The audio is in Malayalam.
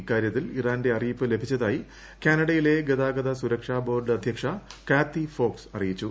ഇക്കാര്യത്തിൽ ഇറാന്റെ അറിയിപ്പ് ലഭിച്ചതായി കാനഡയിലെ ഗതാഗത സുരക്ഷാ ബോർഡ് അധ്യക്ഷ കാത്തി ഫോക്സ് അറിയിച്ചു